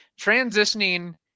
transitioning